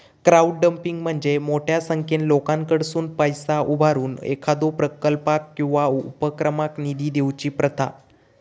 crowdfunding म्हणजे मोठ्यो संख्येन लोकांकडसुन पैसा उभारून एखाद्यो प्रकल्पाक किंवा उपक्रमाक निधी देऊची प्रथा